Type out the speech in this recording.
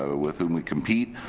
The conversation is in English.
ah with whom we compete,